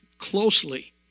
closely